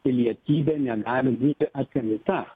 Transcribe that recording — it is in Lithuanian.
pilietybė negali būti atimta